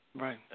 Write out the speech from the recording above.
Right